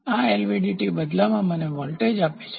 આ એલવીડીટી બદલામાં મને વોલ્ટેજ આપે છે